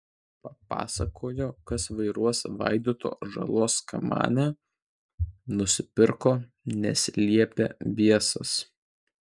papasakojo kas vairuos vaidoto žalos kamanę nusipirko nes liepė biesas